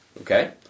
Okay